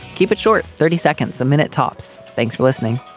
keep it short. thirty seconds a minute, tops. thanks for listening